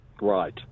right